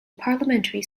parliamentary